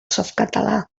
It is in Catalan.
softcatalà